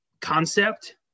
concept